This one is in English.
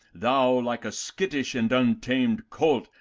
thou, like a skittish and untamed colt,